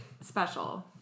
special